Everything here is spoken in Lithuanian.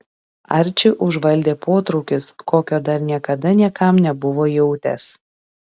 arčį užvaldė potraukis kokio dar niekada niekam nebuvo jautęs